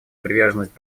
приверженность